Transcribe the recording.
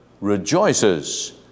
rejoices